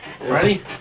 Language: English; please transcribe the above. Ready